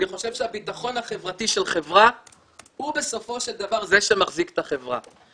אני חושב שהביטחון החברתי של חברה הוא בסופו של דבר זה שמחזיק את החברה.